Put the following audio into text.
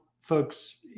folks